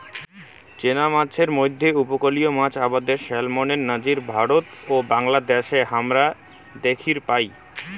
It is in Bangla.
চেনা মাছের মইধ্যে উপকূলীয় মাছ আবাদে স্যালমনের নজির ভারত ও বাংলাদ্যাশে হামরা দ্যাখির পাই